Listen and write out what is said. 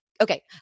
okay